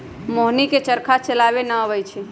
मोहिनी के चरखा चलावे न अबई छई